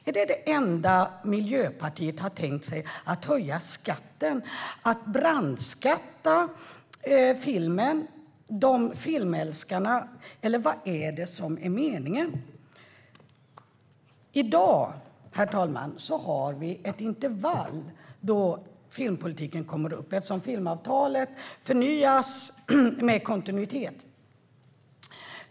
Är det det enda Miljöpartiet har tänkt sig - att höja skatten och att brandskatta filmen och filmälskarna? Eller vad är det som är meningen? I dag kommer filmpolitiken upp i intervaller, eftersom filmavtalet förnyas kontinuerligt.